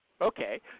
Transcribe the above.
Okay